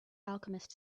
alchemist